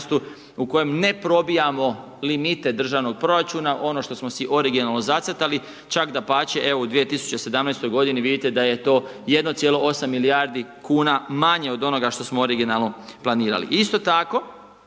u kojoj ne probijamo limite državnog proračuna ono što smo si originalno zacrtali, čak dapače, evo u 2017. godini vidite da je to 1,8 milijardi kuna manje od onoga što smo originalno planirali. Isto tako